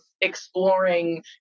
exploring